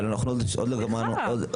אבל עוד לא גמרנו,